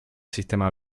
sistema